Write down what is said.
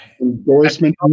Endorsement